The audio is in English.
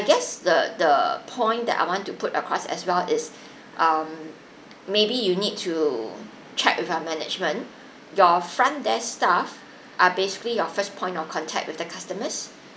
guess the the point that I want to put across as well is um maybe you need to check with your management your front desk staff are basically your first point of contact with the customers